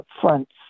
fronts